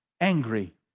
angry